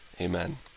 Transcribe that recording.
Amen